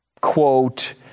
quote